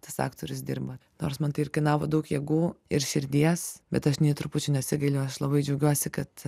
tas aktorius dirba nors man tai ir kainavo daug jėgų ir širdies bet aš nei trupučiu nesigailiu aš labai džiaugiuosi kad